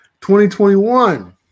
2021